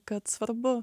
kad svarbu